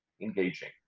engaging